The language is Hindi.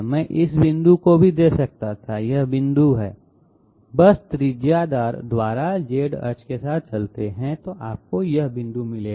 मैं इस बिंदु को भी दे सकता था यह बिंदु है बस त्रिज्या द्वारा Z अक्ष के साथ चलते हैं आपको यह बिंदु मिलेगा